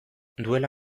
duela